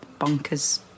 bonkers